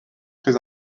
très